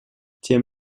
тем